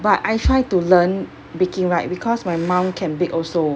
but I try to learn baking right because my mom can bake also